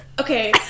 Okay